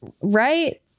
Right